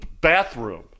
bathroom